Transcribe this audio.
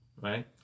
right